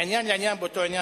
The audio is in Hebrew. מעניין לעניין באותו עניין,